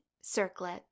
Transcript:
Circlet